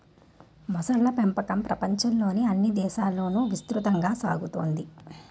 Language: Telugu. మొసళ్ళ పెంపకం ప్రపంచంలోని అన్ని దేశాలలోనూ విస్తృతంగా సాగుతోంది